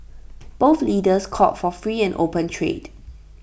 both leaders called for free and open trade